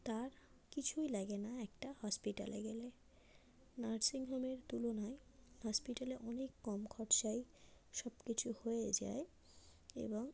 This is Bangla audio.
তার কিছুই লাগে না একটা হসপিটালে গেলে নার্সিং হোমের তুলনায় হসপিটালে অনেক কম খরচায় সব কিছু হয়ে যায় এবং